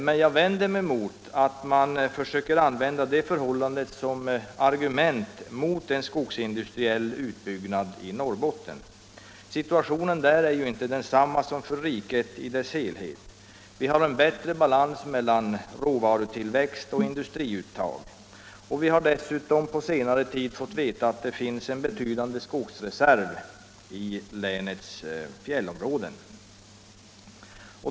Men jag vänder mig mot att man försöker använda det förhållandet som argument mot en skogsindustriell utbyggnad i Norrbotten. Situationen där är ju inte densamma som för riket i dess helhet. Vi har bättre balans mellan råvarutillväxt och industriuttag. Dessutom har vi på senare tid fått veta att det finns en betydande skogsreserv i länets fjällområden.